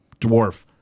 dwarf